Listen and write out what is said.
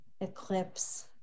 eclipse